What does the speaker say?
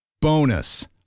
Bonus